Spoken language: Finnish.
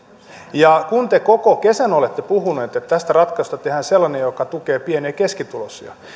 ja kun te koko kesän olette puhunut että että tästä ratkaisusta tehdään sellainen joka tukee pieni ja keskituloisia